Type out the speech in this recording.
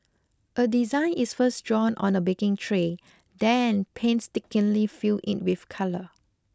a design is first drawn on a baking tray then painstakingly filled in with colour